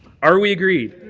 are we agreed?